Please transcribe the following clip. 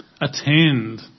attend